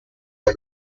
day